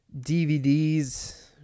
DVDs